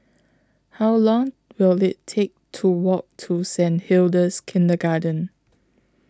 How Long Will IT Take to Walk to Saint Hilda's Kindergarten